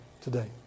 today